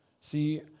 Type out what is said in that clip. See